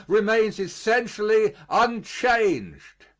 remains essentially unchanged.